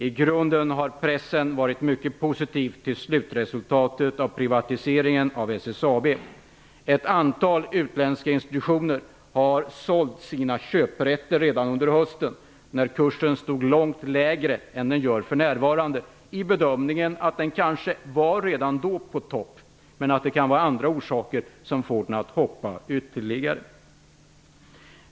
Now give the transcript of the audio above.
I grunden har pressen varit positiv till slutresultatet av privatiseringen av SSAB. Ett antal utländska institutioner sålde sina köprätter redan under hösten. Kursen stod långt lägre än vad den gör för närvarande. Kanske sålde de med bedömningen att den redan då var på topp. Men det kan finnas andra orsaker som får kursen att hoppa ytterligare.